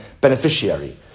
beneficiary